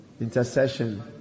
intercession